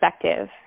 perspective